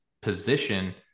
position